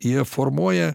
jie formuoja